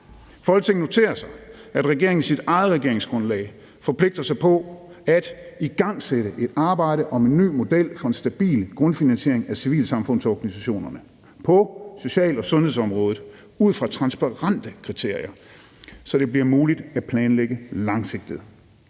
Folketinget noterer sig, at regeringen i sit eget regeringsgrundlag forpligter sig på at »igangsætte et arbejde om en ny model for en stabil grundfinansiering af civilsamfundsorganisationerne på social- og sundhedsområdet ud fra transparente kriterier, så det bliver muligt at planlægge langsigtet«.